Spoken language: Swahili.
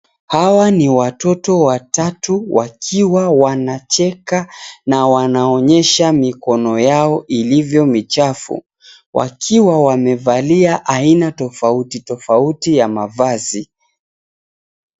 Hawa ni watoto watatu. Wakiwa wanacheka na wanaonyesha mikono yao ilivyo michafu. Wakiwa wamevalia aina tofauti tofauti ya mavazi.